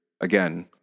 again